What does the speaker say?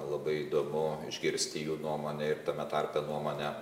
labai įdomu išgirsti jų nuomonę ir tame tarpe nuomonę